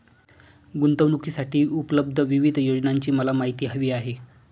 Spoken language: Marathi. गुंतवणूकीसाठी उपलब्ध विविध योजनांची माहिती मला हवी आहे